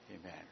amen